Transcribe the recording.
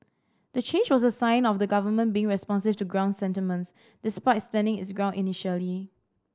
the change was a sign of the government being responsive to ground sentiments despite standing its ground initially